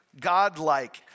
God-like